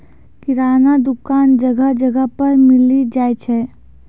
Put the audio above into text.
किराना दुकान जगह जगह पर मिली जाय छै